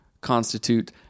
constitute